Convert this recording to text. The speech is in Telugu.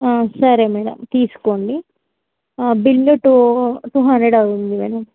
సరే మేడం తీసుకోండి బిల్లు టూ టూ హండ్రెడ్ అయ్యింది మేడం